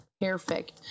Perfect